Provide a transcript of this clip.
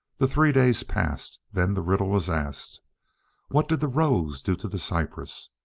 the three days passed then the riddle was asked what did the rose do to the cypress